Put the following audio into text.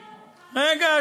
רגע,